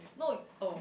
no oh